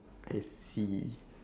I see